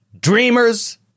dreamers